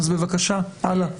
בבקשה, הלאה.